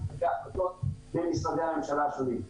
מקבלי ההחלטות במשרדי הממשלה השונים.